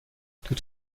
tout